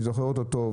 אני זוכר אותו היטב,